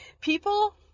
people